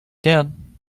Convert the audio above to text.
can